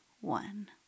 one